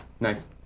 Nice